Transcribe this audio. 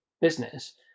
business